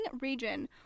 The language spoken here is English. region